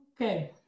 Okay